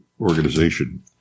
organization